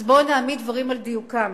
אז בואו נעמיד דברים על דיוקם.